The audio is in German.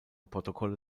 protokolle